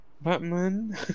Batman